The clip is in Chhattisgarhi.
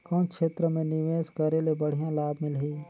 कौन क्षेत्र मे निवेश करे ले बढ़िया लाभ मिलही?